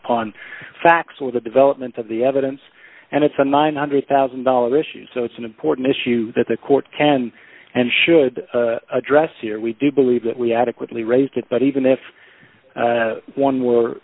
upon facts or the development of the evidence and it's a nine hundred thousand dollars issue so it's an important issue that the court can and should address here we do believe that we adequately raised it but even if one